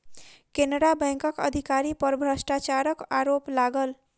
केनरा बैंकक अधिकारी पर भ्रष्टाचारक आरोप लागल